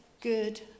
good